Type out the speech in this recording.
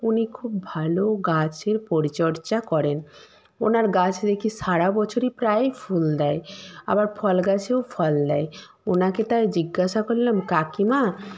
উনি খুব ভালো গাছের পরিচর্যা করেন ওনার গাছ দেখি সারা বছরই প্রায় ফুল দেয় আবার ফল গাছেও ফল দেয় ওনাকে তাই জিজ্ঞাসা করলাম কাকিমা